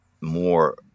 more